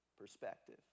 perspective